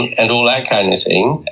and and all that kind of thing,